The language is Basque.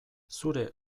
zure